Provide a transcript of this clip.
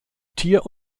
tier